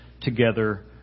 together